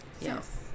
Yes